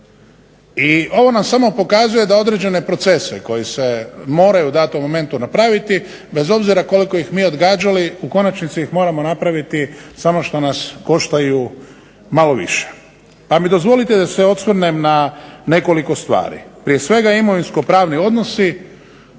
I ovo nam samo pokazuje da određene procese koji se moraju u datom momentu napraviti bez obzira koliko ih mi odgađali u konačnici ih moramo napraviti samo što nas koštaju malo više. Pa mi dozvolite da se osvrnem na nekoliko stvari. Prije svega, imovinsko-pravni odnosi,